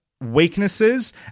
weaknesses